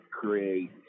create